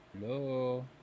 Hello